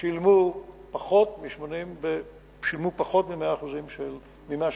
שילמו פחות מ-100 שקלים.